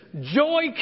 joy